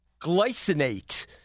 Glycinate